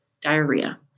diarrhea